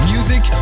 Music